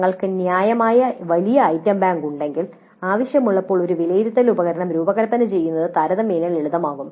ഞങ്ങൾക്ക് ന്യായമായ വലിയ ഐറ്റം ബാങ്ക് ഉണ്ടെങ്കിൽ ആവശ്യമുള്ളപ്പോൾ ഒരു വിലയിരുത്തൽ ഉപകരണം രൂപകൽപ്പന ചെയ്യുന്നത് താരതമ്യേന ലളിതമാകും